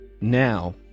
now